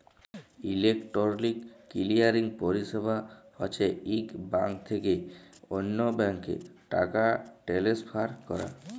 electronic clearing পরিছেবা হছে ইক ব্যাংক থ্যাইকে অল্য ব্যাংকে টাকা টেলেসফার ক্যরা